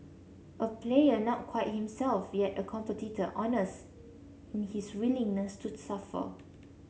a player not quite himself yet a competitor honest in his willingness to suffer